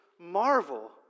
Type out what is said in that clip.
marvel